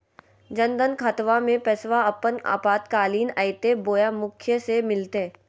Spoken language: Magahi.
जन धन खाताबा में पैसबा अपने आपातकालीन आयते बोया मुखिया से मिलते?